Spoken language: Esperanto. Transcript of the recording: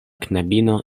knabino